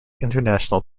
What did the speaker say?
international